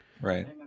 Right